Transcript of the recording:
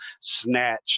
snatch